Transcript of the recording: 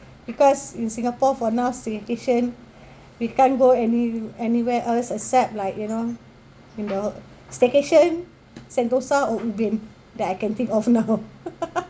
because in singapore for now staycation we can't go any anywhere else except like you know in the ho~ staycation sentosa or ubin that I can think of now